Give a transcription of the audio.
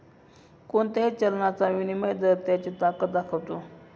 कोणत्याही चलनाचा विनिमय दर त्याची ताकद दाखवतो